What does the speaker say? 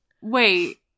wait